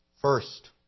First